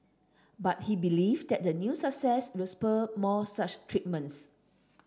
but he believe that the new success will spur more such treatments